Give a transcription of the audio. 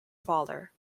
father